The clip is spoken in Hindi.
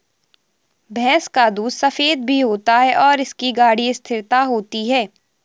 भैंस का दूध सफेद भी होता है और इसकी गाढ़ी स्थिरता होती है